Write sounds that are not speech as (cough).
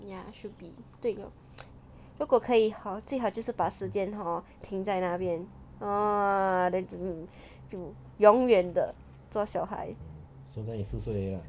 mm ya should be 对 lor (noise) 如果可以好最好就是把时间 hor 停在那边 ah then 就就永远的做小孩